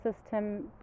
system